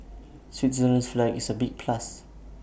Switzerland's flag is A big plus